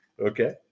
Okay